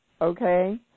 okay